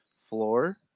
floor